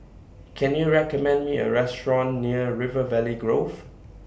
Can YOU recommend Me A Restaurant near River Valley Grove